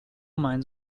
mines